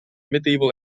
medieval